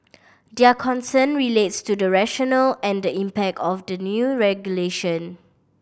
their concern relates to the rationale and the impact of the new regulation